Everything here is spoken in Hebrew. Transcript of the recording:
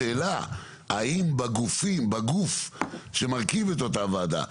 השאלה האם בגוף שמרכיב את אותה ועדה,